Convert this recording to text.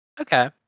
Okay